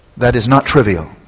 that is not trivial,